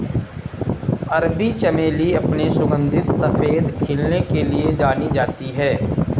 अरबी चमेली अपने सुगंधित सफेद खिलने के लिए जानी जाती है